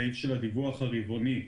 הסעיף של הדיווח הרבעוני.